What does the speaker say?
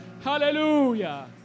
Hallelujah